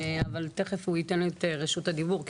אבל תיכף הוא ייתן את רשות הדיבור כי